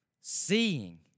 seeing